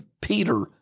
Peter